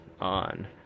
on